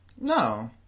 No